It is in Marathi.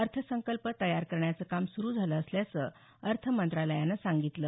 अर्थसंकल्प तयार करण्याचं काम सुरु झालं असल्याचं अर्थ मंत्रालयानं सांगितलं